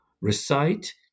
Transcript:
recite